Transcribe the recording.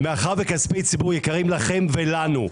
מאחר שכספי ציבור יקרים לכם ולנו,